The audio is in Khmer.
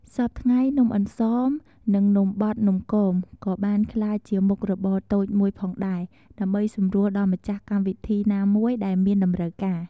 សព្វថ្ងៃនំអន្សម និងនំបត់នំគម ក៏បានក្លាចជាមុខរបតូចមួយផងដែរ ដើម្បីសម្រួលដល់ម្ចាស់់កម្មពីធីណាមួយដែលមានតម្រូវការ។